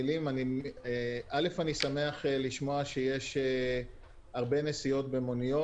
אל"ף, אני שמח לשמוע שיש הרבה נסיעות במוניות.